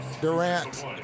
Durant